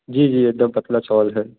जी जी एकदम पतला चावल है